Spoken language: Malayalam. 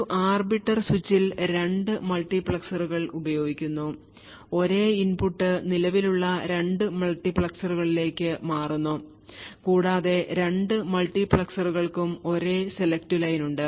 ഒരു ആർബിറ്റർ സ്വിച്ചിൽ രണ്ട് മൾട്ടിപ്ലക്സറുകൾ ഉപയോഗിക്കുന്നു ഒരേ ഇൻപുട്ട് നിലവിലുള്ള രണ്ട് മൾട്ടിപ്ലക്സറുകളിലേക്ക് മാറുന്നു കൂടാതെ രണ്ട് മൾട്ടിപ്ലക്സറുകൾക്കും ഒരേ സെലക്ട് ലൈനുണ്ട്